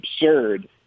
absurd